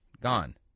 gone